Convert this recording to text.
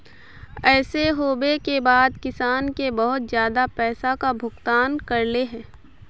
ऐसे होबे के बाद किसान के बहुत ज्यादा पैसा का भुगतान करले है?